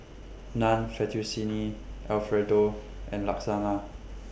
Naan Fettuccine Alfredo and Lasagna